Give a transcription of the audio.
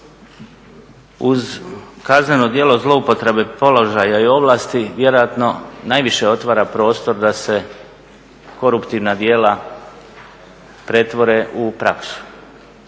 Uz kazneno djelo zloupotrebe položaja i ovlasti, vjerojatno najviše otvara prostor da se koruptivna djela pretvore u praksu